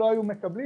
הם לא היו מקבלים.